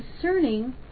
concerning